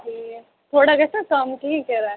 ٹھیٖک تھوڑا گژھِ نا کَم کِہیٖنۍ کرایہِ